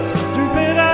stupid